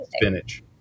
spinach